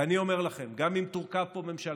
ואני אומר לכם, גם אם תורכב פה ממשלה,